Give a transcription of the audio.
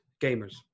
gamers